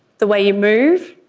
the way you move,